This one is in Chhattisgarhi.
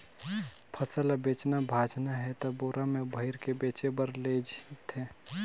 फसिल ल बेचना भाजना हे त बोरा में भइर के बेचें बर लेइज थें